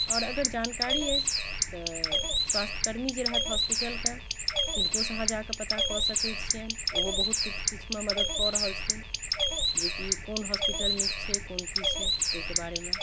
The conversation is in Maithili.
आओर अगर जानकारी अि छ तऽ स्वास्थ्यकर्मी जे रहत होस्पिटलके तिनकोसँ अहाँ जाके पता कऽ सकैत छिअनि ओहो बहुत किछुमे मदद कऽ रहल छथिन जेकि कओन हॉस्पिटल नीक छै कओन की छै ताहिके बारेमे